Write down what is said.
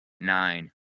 Nine